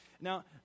Now